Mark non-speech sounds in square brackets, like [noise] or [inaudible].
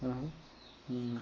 [unintelligible] Meena